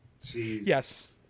Yes